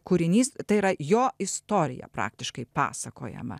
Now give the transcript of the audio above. kūrinys tai yra jo istorija praktiškai pasakojama